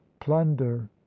plunder